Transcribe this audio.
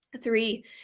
Three